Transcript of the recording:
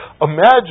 Imagine